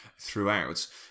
throughout